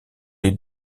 les